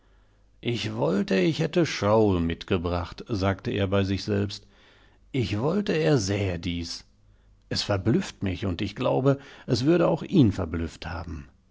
ich wollte ich hätte shrowl mitgebracht sagte er bei sich selbst ich wollte er sähe dies es verblüfft mich und ich glaube es würde auch ihn verblüfft haben